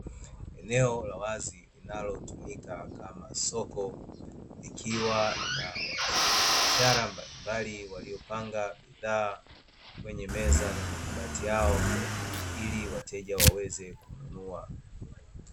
Eneo la wazi linalotumika kama soko, likiwa na wafanyabiashara mbalimbali waliopanga bidhaa kwenye meza na mabati yao, ili wateja waweze kununua.